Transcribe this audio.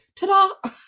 Ta-da